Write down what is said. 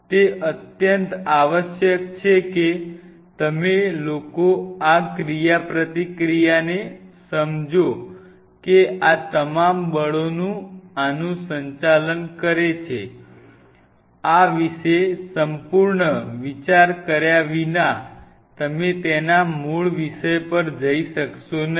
તે અત્યંત આવશ્યક છે કે તમે લોકો આ ક્રિયાપ્રતિક્રિયાને સમજો કે આ તમામ બળો આનું સંચાલન કરે છે આ વિશે સંપૂર્ણ વિચાર કર્યા વિના તમે તેના મૂળ વિષય પર જ ઈ શકશો નહીં